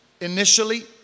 initially